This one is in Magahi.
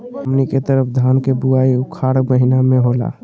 हमनी के तरफ धान के बुवाई उखाड़ महीना में होला